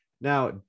Now